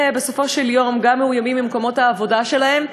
ובסופו של דבר גם מאוימים במקומות העבודה שלהם,